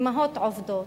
אמהות עובדות,